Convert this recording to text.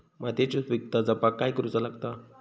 मातीयेची सुपीकता जपाक काय करूचा लागता?